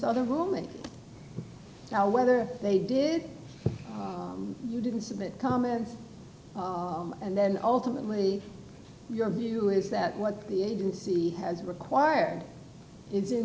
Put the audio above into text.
other woman now whether they did you didn't submit comments and then ultimately your view is that what the agency has required is i